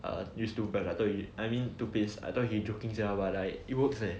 err use toothbrush I mean toothpaste I thought he joking sia but like it works leh